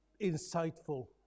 insightful